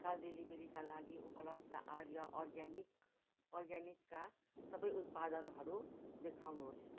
तत्काल डेलिभरीका लागि उपलब्द आर्य अर्ग्यानिक अर्ग्यानिकका सबै उत्पादनहरू देखाउनुहोस्